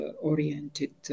oriented